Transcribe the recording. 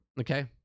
okay